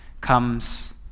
comes